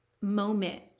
moment